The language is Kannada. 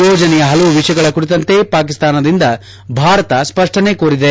ಯೋಜನೆಯ ಹಲವು ವಿಷಯಗಳ ಕುರಿತಂತೆ ಪಾಕಿಸ್ತಾನದಿಂದ ಭಾರತ ಸ್ವಷನೆ ಕೋರಿದೆ